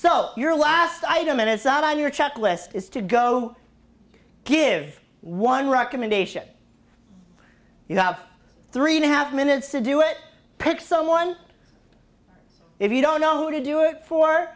so your last item and it's not on your checklist is to go give one recommendation you have three to have minutes to do it pick someone if you don't know how to do it for